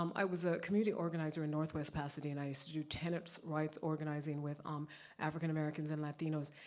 um i was a community organizer in northwest pasadena. i used to do tenants rights, organizing with um african-americans and latinos.